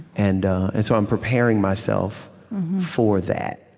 and and so i'm preparing myself for that,